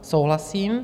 Souhlasím.